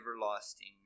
everlasting